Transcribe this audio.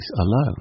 alone